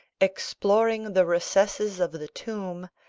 exploring the recesses of the tomb,